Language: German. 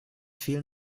fehlen